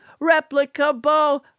replicable